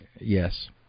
Yes